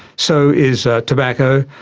so is tobacco,